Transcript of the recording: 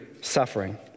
suffering